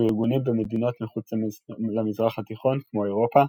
בארגונים במדינות מחוץ למזרח התיכון כמו אירופה,